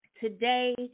today